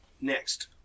next